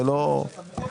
זה לא סוד.